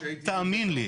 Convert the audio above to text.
תאמין לי.